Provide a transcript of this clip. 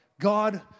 God